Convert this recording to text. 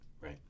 Right